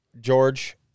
George